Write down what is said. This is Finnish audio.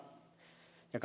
ja